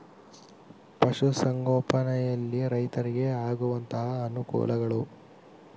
ಪಶುಸಂಗೋಪನೆಯಲ್ಲಿ ರೈತರಿಗೆ ಆಗುವಂತಹ ಅನುಕೂಲಗಳು?